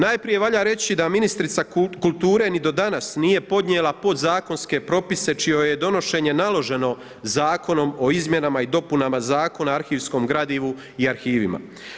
Najprije valja reći da ministrica kulture ni do danas nije podnijela podzakonske propise čije joj je donošenje naloženo Zakonom o izmjenama i dopunama Zakona o arhivskom gradivu i arhivima.